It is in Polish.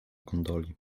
gondoli